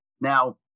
Now